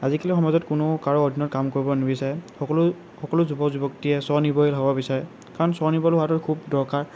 আজিকালি সমাজত কোনো কাৰো অধীনত কাম কৰিব নিবিচাৰে সকলো সকলো যুৱক যুৱতীয়ে স্ব নিৰ্ভৰশীল হ'ব বিচাৰে কাৰণ স্ব নিৰ্ভৰশীল হোৱাটো খুব দৰকাৰ